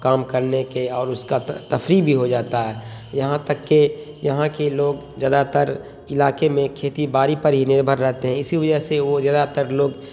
کام کرنے کے اور اس کا تفریح بھی ہو جاتا ہے یہاں تک کہ یہاں کے لوگ زیادہ تر علاقے میں کھیتی باڑی پر ہی نربھر رہتے ہیں اسی وجہ سے وہ زیادہ تر لوگ